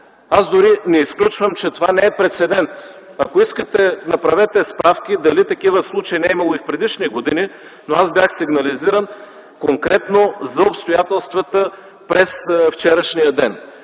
Дори не изключвам, че това не е прецедент. Ако искате, направете справки дали такива случаи не е имало и в предишни години, но аз бях сигнализиран конкретно за обстоятелствата през вчерашния ден.